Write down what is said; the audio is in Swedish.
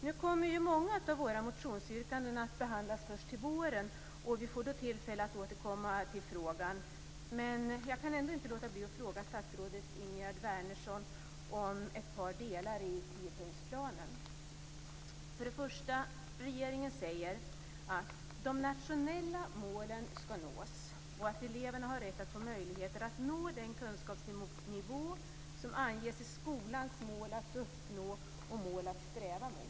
Nu kommer ju många av våra motionsyrkanden att behandlas först till våren, och vi får då tillfälle att återkomma till frågan. Men jag kan inte låta bli att fråga Ingegerd Wärnersson om ett par delar i tiopunktsplanen. För det första: Regeringen säger att "de nationella målen ska nås" och att eleverna har rätt att få möjligheter att nå den kunskapsnivå som anges i skolans mål att uppnå och mål att sträva mot.